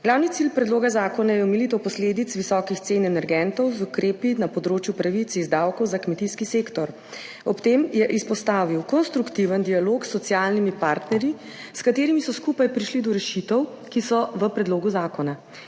Glavni cilj predloga zakona je omilitev posledic visokih cen energentov z ukrepi na področju pravic iz davkov za kmetijski sektor. Ob tem je izpostavil konstruktiven dialog s socialnimi partnerji, s katerimi so skupaj prišli do rešitev, ki so v predlogu zakona.